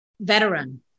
veteran